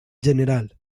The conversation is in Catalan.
general